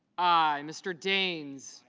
i. mr. dames